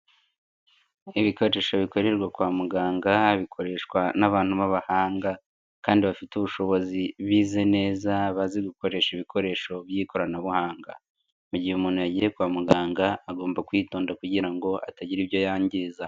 Ibikoresho bikorerwa kwa muganga bikoreshwa n'abantu b'abahanga kandi bafite ubushobozi bize neza bazi gukoresha ibikoresho by'ikoranabuhanga. Mu gihe umuntu yagiye kwa muganga agomba kwitonda kugira ngo atagira ibyo yangiza.